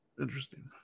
Interesting